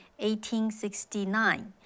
1869